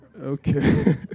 Okay